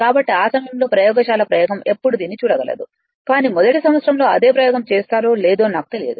కాబట్టి ఆ సమయంలో ప్రయోగశాల ప్రయోగం ఎప్పుడు దీన్ని చూడగలదు కానీ మొదటి సంవత్సరంలో అదే ప్రయోగం చేస్తారో లేదో నాకు తెలియదు